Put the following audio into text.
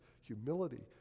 humility